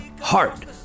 Heart